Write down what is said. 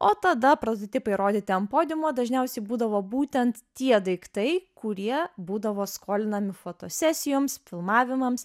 o tada prototipai rodyti ant podiumo dažniausiai būdavo būtent tie daiktai kurie būdavo skolinami fotosesijoms filmavimams